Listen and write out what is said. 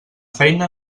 feina